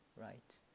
Right